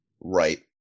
Right